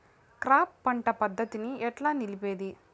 Crop పంట పద్ధతిని ఎట్లా నిలిపేది?